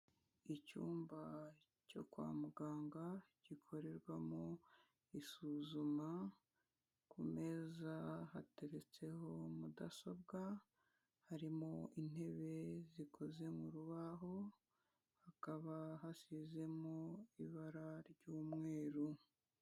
Icyumba cyo kwa muganga gikorerwamo isuzuma, ku meza hateretseho mudasobwa, harimo intebe zikoze mu rubaho, hakaba hasizemo ibara ry'umweru.